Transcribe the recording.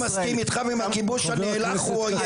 כל מי שלא מסכים איתך ועם הכיבוש הנאלח הוא עוין.